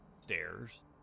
stairs